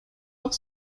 auch